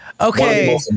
Okay